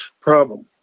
problem